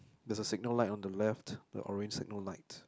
there's a signal light on the left the orange signal light